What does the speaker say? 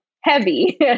heavy